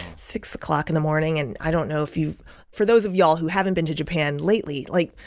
six o'clock in the morning. and i don't know if you've for those of y'all who haven't been to japan lately, like,